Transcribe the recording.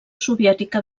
soviètica